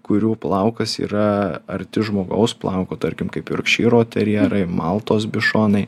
kurių plaukas yra arti žmogaus plauko tarkim kaip jorkšyro terjerai maltos bišonai